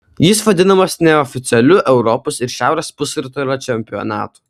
jis vadinamas neoficialiu europos ir šiaurės pusrutulio čempionatu